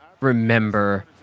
remember